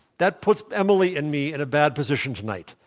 that puts emily and me at a bad position tonight,